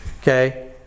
okay